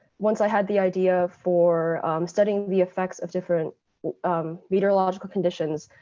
once i had the idea for studying the effects of different um meteorological conditions,